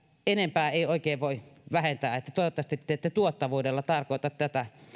enempää ei oikein voi vähentää niin että toivottavasti te te ette tuottavuudella tarkoita tätä